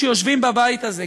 שיושבים בבית הזה,